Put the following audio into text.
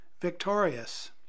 victorious